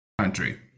country